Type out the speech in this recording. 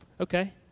Okay